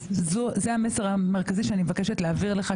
זה המסר המרכזי שאני מבקשת להעביר לך,